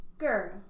girl